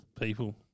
people